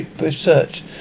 research